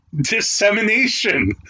dissemination